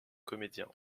comédien